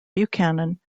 buchanan